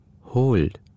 Hold